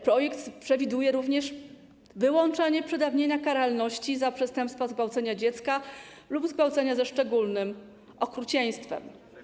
Projekt przewiduje również wyłączenie przedawnienia karalności za przestępstwo zgwałcenia dziecka lub zgwałcenia ze szczególnym okrucieństwem.